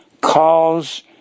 cause